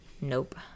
Nope